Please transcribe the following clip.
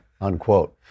unquote